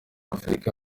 afurika